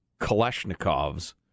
Kalashnikovs